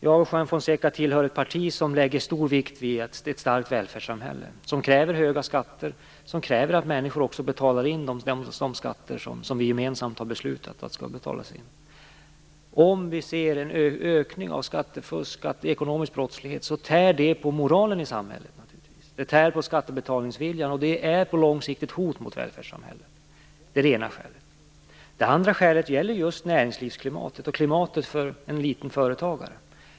Jag och Juan Fonseca tillhör ett parti som lägger stor vikt vid ett välfärdssamhälle som kräver höga skatter och att människor också betalar in de skatter som vi gemensamt har beslutat om. Om vi ser en ökning av skattefusk och ekonomisk brottslighet tär det naturligtvis på moralen i samhället. Det tär på skattebetalningsviljan. Och det är på lång sikt ett hot mot välfärdssamhället. Det är det ena skälet. Det andra skälet gäller just näringslivsklimatet och klimatet för en småföretagare.